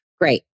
great